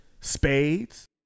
Spades